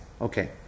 okay